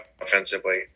offensively